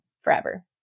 forever